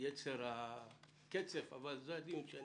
יצר הקצף, אך כך אני